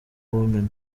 women